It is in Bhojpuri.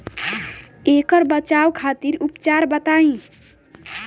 ऐकर बचाव खातिर उपचार बताई?